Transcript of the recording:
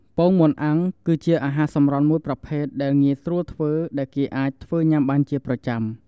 ពងមាន់អាំង គឺជាអាហារសម្រន់មួយប្រភេទដែលងាយស្រួលធ្វើ ដែលគេអាចធ្វើញ៉ាំបានជាប្រចាំ។